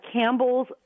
Campbell's